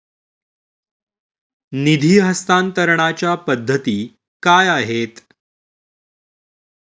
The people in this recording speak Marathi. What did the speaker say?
निधी हस्तांतरणाच्या पद्धती काय आहेत?